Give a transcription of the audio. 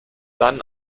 dann